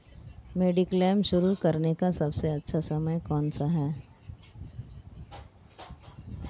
Mediclaim शुरू करने का सबसे अच्छा समय कौनसा है?